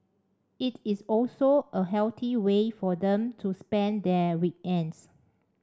it is also a healthy way for them to spend their weekends